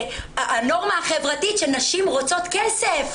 שהנורמה החברתית שנשים רוצות כסף.